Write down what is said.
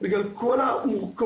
בגלל כל המורכבות